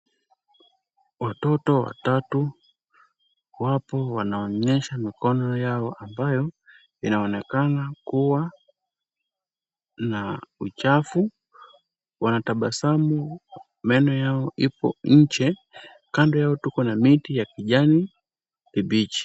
Watoto watatu wapo wanaonyesha mikono yao ambayo inaonekana kuwa na uchafu. Wanatabasamu, meno yao ipo nje, kando yao tuko na miti ya kijani kibichi.